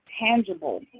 tangible